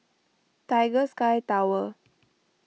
Tiger Sky Tower